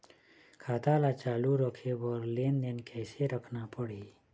खाता ला चालू रखे बर लेनदेन कैसे रखना पड़ही?